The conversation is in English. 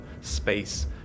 space